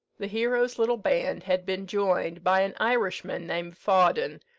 the hero's little band had been joined by an irishman named fawdon,